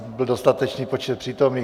Byl dostatečný počet přítomných.